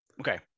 okay